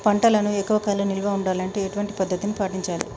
పంటలను ఎక్కువ కాలం నిల్వ ఉండాలంటే ఎటువంటి పద్ధతిని పాటించాలే?